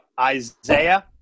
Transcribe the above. Isaiah